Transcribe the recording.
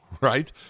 right